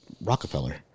Rockefeller